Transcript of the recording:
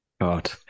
God